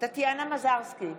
טטיאנה מזרסקי,